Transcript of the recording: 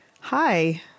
Hi